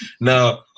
Now